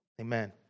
amen